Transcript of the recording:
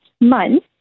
month